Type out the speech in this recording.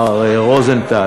מר רוזנטל,